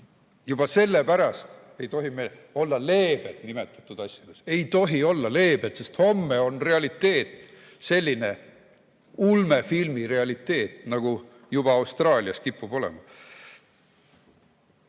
Juba sellepärast ei tohi me olla leebed nimetatud asjades. Ei tohi olla leebed, sest homme on realiteet selline ulmefilmi realiteet, nagu Austraalias juba kipub olema.